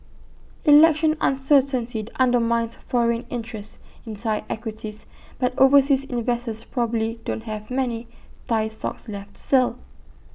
election uncertainty undermines foreign interest in Thai equities but overseas investors probably don't have many Thai stocks left to sell